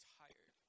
tired